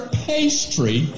pastry